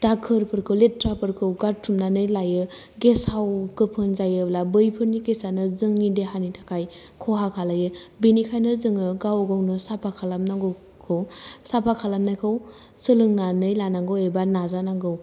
दाखोरफोरखौ लेथ्राफोरखौ गारथुमनानै लायो गेसाव गोफोन जायोब्ला बैफोरनि गेस आनो जोंनि देहानि थाखाय ख'हा खालायो बिनिखायनो जोङो गाव गावनो साफा खालाम नांगौखौ साफा खालामनायखौ सोलोंनानै लानांगौ एबा नाजा नांगौ